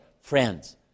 friends